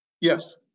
Yes